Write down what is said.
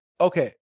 okay